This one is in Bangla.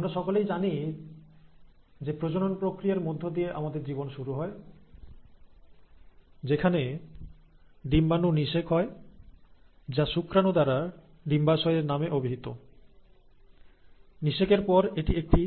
আমরা সকলেই জানি যে প্রজনন প্রক্রিয়ার মধ্য দিয়ে আমাদের জীবন শুরু হয় যেখানে ডিম্বানু নিষেক হয় যা শুক্রাণু দ্বারা ডিম্বাশয়ের নামে অভিহিত নিষেকের পর এটি একটি